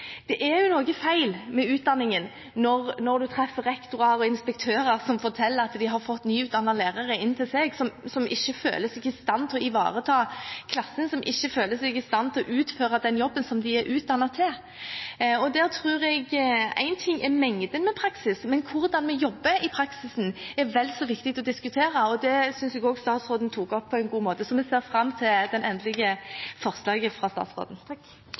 feil med utdanningen når man treffer rektorer og inspektører som forteller at de har fått nyutdannede lærere inn til seg som ikke føler seg i stand til å ivareta klassen, som ikke føler seg i stand til å utføre den jobben de er utdannet til. En ting er mengden med praksis, men hvordan vi jobber i praksisen, er vel så viktig å diskutere. Det synes jeg statsråden tok opp på en god måte. Så vi ser fram til det endelige forslaget fra statsråden.